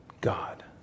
God